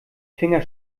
finger